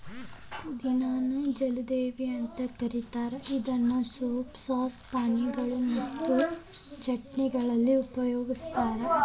ಪುದಿನಾ ನ ಜಲದೇವಿ ಅಂತ ಕರೇತಾರ ಇದನ್ನ ಸೂಪ್, ಸಾಸ್, ಪಾನೇಯಗಳು ಮತ್ತು ಚಟ್ನಿಗಳಲ್ಲಿ ಯಥೇಚ್ಛವಾಗಿ ಉಪಯೋಗಸ್ತಾರ